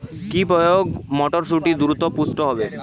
কি প্রয়োগে মটরসুটি দ্রুত পুষ্ট হবে?